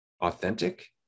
authentic